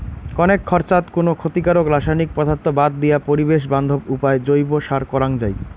কণেক খরচাত কুনো ক্ষতিকারক রাসায়নিক পদার্থ বাদ দিয়া পরিবেশ বান্ধব উপায় জৈব সার করাং যাই